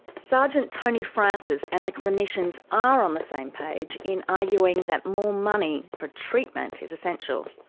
sergeant tony francis and the clinicians are on the same page in arguing that more money for treatment is essential.